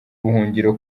ubuhungiro